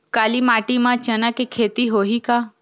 काली माटी म चना के खेती होही का?